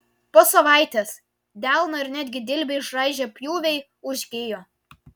po savaitės delną ir netgi dilbį išraižę pjūviai užgijo